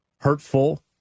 hurtful